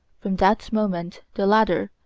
from that moment the latter,